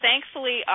thankfully